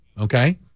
Okay